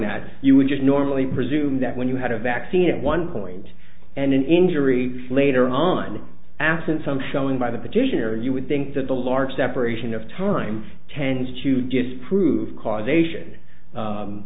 that you would normally presume that when you had a vaccine at one point and an injury later on absent some showing by the petitioner you would think that the large separation of time tends to disprove causation